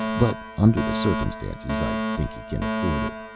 but under the circumstances i think he can afford it.